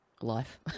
life